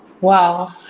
Wow